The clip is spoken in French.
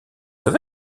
vous